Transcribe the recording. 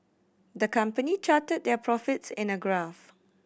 the company charted their profits in a graph